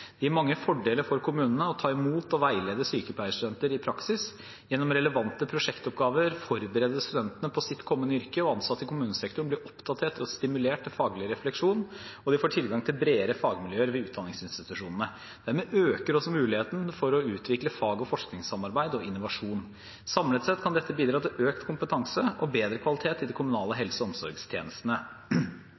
Det gir mange fordeler for kommunene å ta imot og veilede sykepleierstudenter i praksis. Gjennom relevante prosjektoppgaver forberedes studentene på sitt kommende yrke, ansatte i kommunesektoren blir oppdatert og stimulert til faglig refleksjon, og de får tilgang til bredere fagmiljøer ved utdanningsinstitusjonene. Dermed øker også muligheten for å utvikle fag- og forskningssamarbeid og innovasjon. Samlet sett kan dette bidra til økt kompetanse og bedre kvalitet i de kommunale helse- og omsorgstjenestene.